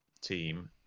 team